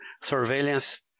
surveillance